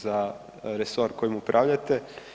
za resor kojim upravljate.